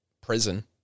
prison